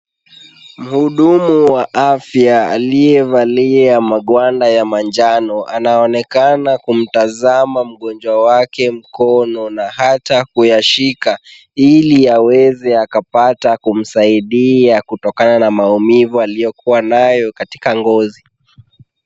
Muhudumu wa afya aliyevalia magwanda ya manjano anaonekana kumtazama mgonjwa wake mkono na ata kuyashika ili aweze akapata kumsaidia kutokana na maimivu aliyokuwa nayo katika ngozi .